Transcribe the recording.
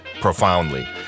profoundly